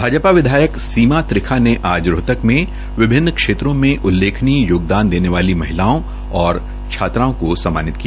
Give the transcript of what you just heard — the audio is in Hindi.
भाजपा विधायक सीमा त्रिखा ने आज रोहतक में विभिन्न क्षेत्रों में उल्लेखनीय योगदान देने वाली महिलाओं व छात्राओं को सम्मानित किया